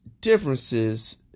differences